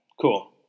cool